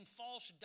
false